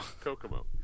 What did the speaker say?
kokomo